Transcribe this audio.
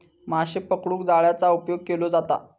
माशे पकडूक जाळ्याचा उपयोग केलो जाता